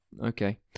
Okay